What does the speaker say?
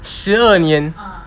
十二年